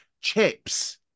Chips